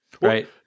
right